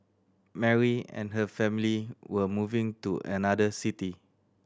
Mary and her family were moving to another city